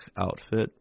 outfit